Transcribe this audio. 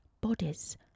bodies